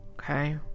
okay